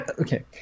okay